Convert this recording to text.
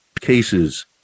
cases